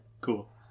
cool